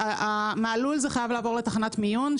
מהלול זה חייב לעבור לתחנת מיון,